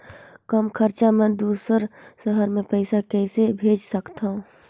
कम खरचा मे दुसर शहर मे पईसा कइसे भेज सकथव?